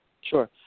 Sure